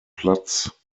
platz